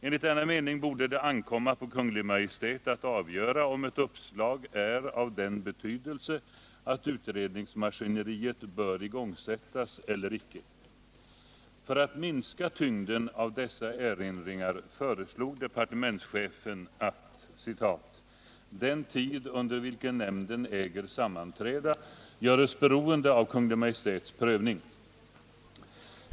Enligt denna mening borde det ”ankomma på Kungl. Maj:t att avgöra om ett uppslag är av den betydelse att utredningsmaskineriet bör igångsättas eller icke”. För att minska tyngden av dessa erinringar föreslog departementschefen att ”den tid, under vilken nämnden äger sammanträda, göres beroende av Kungl. Maj:ts prövning”.